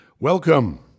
Welcome